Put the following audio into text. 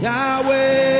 Yahweh